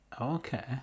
Okay